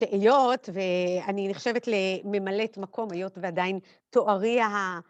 תאיות, ואני נחשבת לממלאת מקום, היות ועדיין תוארי ה...